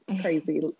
crazy